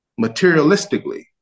materialistically